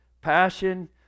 passion